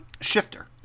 shifter